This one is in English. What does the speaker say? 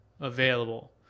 available